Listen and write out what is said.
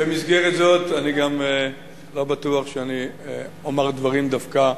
במסגרת זו אני גם לא בטוח שאני אומר דברים דווקא,